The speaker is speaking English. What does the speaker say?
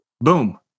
boom